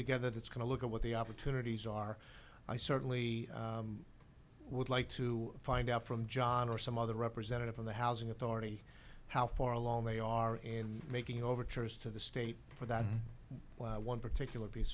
together that's going to look at what the opportunities are i certainly would like to find out from john or some other representative from the housing authority how far along they are and making overtures to the state for that one particular piece